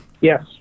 yes